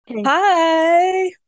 hi